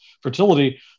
fertility